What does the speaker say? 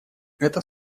это